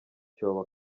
cyobo